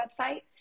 website